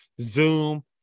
Zoom